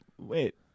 wait